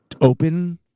open